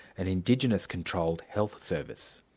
an indigenous-controlled health service.